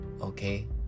okay